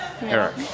Eric